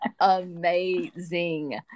amazing